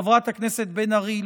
וגם לחברת הכנסת בן ארי,